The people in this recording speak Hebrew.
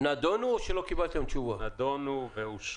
הם נדונו או שלא קיבלתם תשובה?